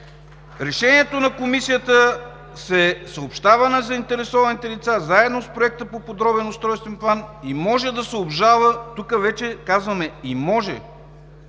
Решението на Комисията се съобщава на заинтересованите лица заедно с Проекта на подробен устройствен план и може да се обжалва – тук вече казваме „и може“.